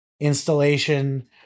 installation